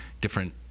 different